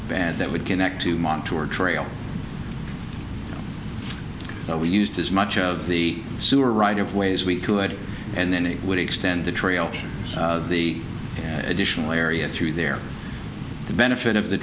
and that would connect to montu or trail we used as much of the sewer right of ways we could and then it would extend the trail an additional area through there the benefit of the